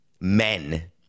men